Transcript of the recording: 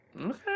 Okay